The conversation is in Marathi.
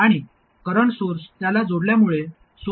आणि करंट सोर्स त्याला जोडल्यामुळे सोर्स बायस होत आहे